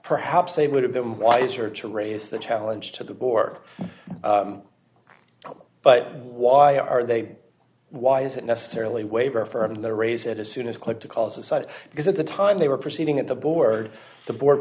perhaps they would have been wiser to raise the challenge to the board but why are they why is it necessarily waiver for in the raise it as soon as clicked to cause a side because at the time they were proceeding at the board the board